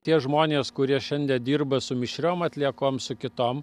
tie žmonės kurie šiandie dirba su mišriom atliekom su kitom